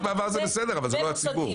תחנות מעבר זה בסדר, אבל זה לא הציבור.